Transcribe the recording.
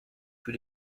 für